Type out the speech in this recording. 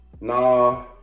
nah